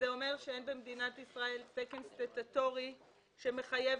אין במדינת ישראל תקן סטטוטורי שמחייב